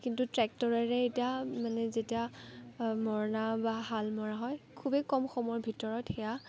কিন্তু ট্ৰেক্টৰেৰে এতিয়া মানে যেতিয়া মৰণা বা হাল মৰা হয় খুবেই কম সময়ৰ ভিতৰত সেয়া